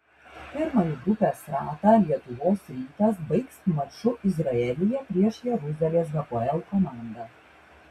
pirmąjį grupės ratą lietuvos rytas baigs maču izraelyje prieš jeruzalės hapoel komandą